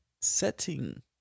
Setting